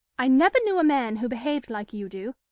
i never knew a man who behaved like you do.